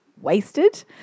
Wasted